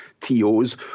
TOs